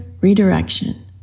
redirection